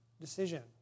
decision